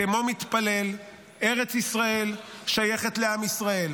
כמו מתפלל: ארץ ישראל שייכת לעם ישראל".